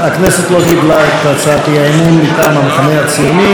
הכנסת לא קיבלה את הצעת האי-אמון מטעם המחנה הציוני.